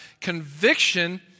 conviction